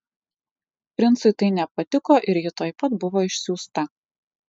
princui tai nepatiko ir ji tuoj pat buvo išsiųsta